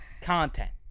content